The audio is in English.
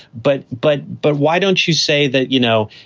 but but but why don't you say that, you know,